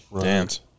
Dance